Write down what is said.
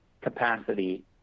capacity